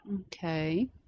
okay